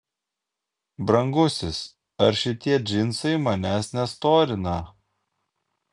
brangusis ar šitie džinsai manęs nestorina